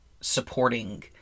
supporting